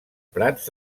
prats